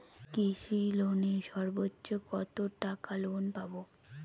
কৃষি লোনে সর্বোচ্চ কত টাকা লোন পাবো?